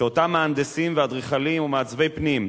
שאותם מהנדסים ואדריכלים ומעצבי פנים,